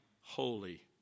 holy